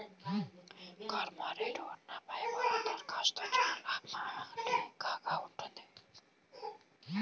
cashmere ఉన్ని fibre దుస్తులు చాలా మన్నికగా ఉంటాయి